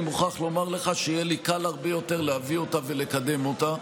אני מוכרח לומר לך שיהיה לי קל הרבה יותר להביא אותה ולקדם אותה,